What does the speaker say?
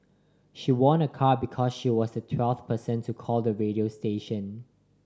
she won a car because she was the twelfth person to call the radio station